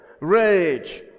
rage